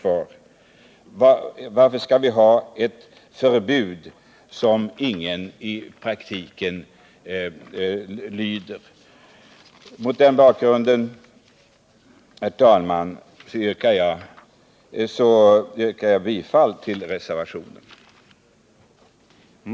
Varför skall vi ha ett förbud som i praktiken ingen lyder? Mot denna bakgrund yrkar jag, herr talman, bifall till reservationen.